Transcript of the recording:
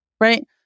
right